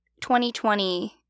2020